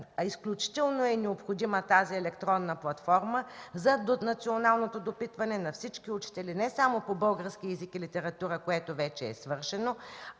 е изключително необходима електронната платформа за националното допитване на всички учители – не само по български език и литература, което вече е свършено,